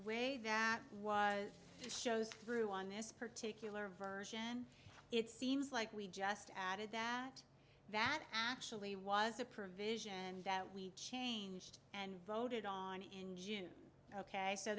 way that was shows through on this particular version it seems like we just added that that actually was a provision that we changed and voted on in june ok so